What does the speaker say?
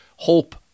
Hope